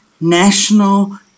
national